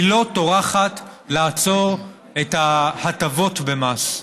היא לא טורחת לעצור את ההטבות במס,